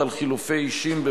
כבוד השרים,